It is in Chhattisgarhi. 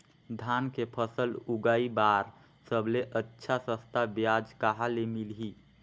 धान के फसल उगाई बार सबले अच्छा सस्ता ब्याज कहा ले मिलही?